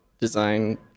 design